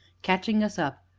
catching us up,